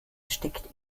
steckt